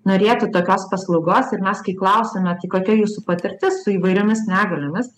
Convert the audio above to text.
norėtų tokios paslaugos ir mes kai klausiame tai kokia jūsų patirtis su įvairiomis negaliomis